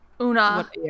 Una